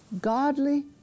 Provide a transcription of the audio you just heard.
Godly